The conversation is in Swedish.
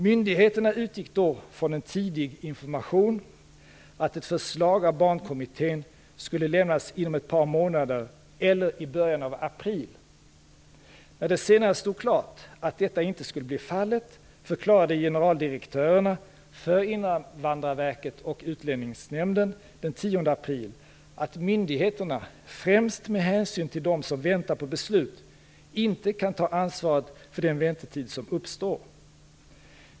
Myndigheterna utgick då från en tidig information som sade att ett förslag av Barnkommittén skulle lämnas inom ett par månader eller i början av april. När det senare stod klart att detta inte skulle bli fallet förklarade generaldirektörerna för Invandrarverket och Utlänningsnämnden den 10 april att myndigheterna, främst med hänsyn till dem som väntar på beslut, inte kan ta ansvaret för den väntetid som uppstår.